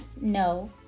no